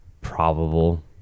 probable